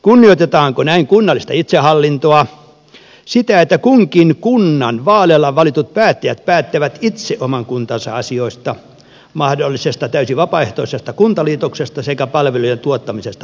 kunnioitetaanko näin kunnallista itsehallintoa sitä että kunkin kunnan vaaleilla valitut päättäjät päättävät itse oman kuntansa asioista mahdollisesta täysin vapaaehtoisesta kuntaliitoksesta sekä palvelujen tuottamisesta asukkaille